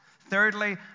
Thirdly